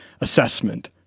assessment